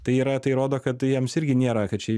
tai yra tai rodo kad jiems irgi nėra kad čia